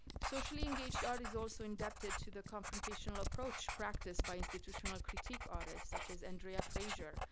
socially engaged art is also indebted to the confrontational approach practice by institutional critique artists such as andrea frazier,